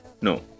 No